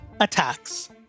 attacks